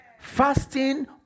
Fasting